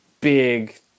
big